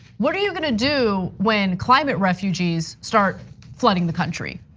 what are you gonna do when climate refugees start flooding the country,